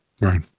right